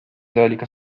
ذلك